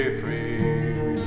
free